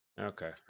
Okay